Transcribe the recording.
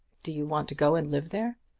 do you want to go and live there?